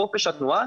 חופש התנועה